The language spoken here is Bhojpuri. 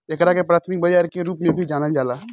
एकरा के प्राथमिक बाजार के रूप में भी जानल जाला